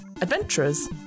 adventurers